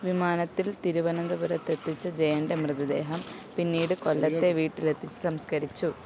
വിമാനത്തിൽ തിരുവനന്തപുരത്തെത്തിച്ച ജയൻ്റെ മൃതദേഹം പിന്നീട് കൊല്ലത്തെ വീട്ടിലെത്തിച്ച് സംസ്കരിച്ചു